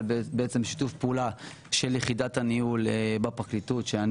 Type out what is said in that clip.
בשיתוף פעולה של יחידת הניהול בפרקליטות שאני